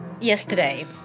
yesterday